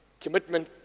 Commitment